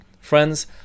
Friends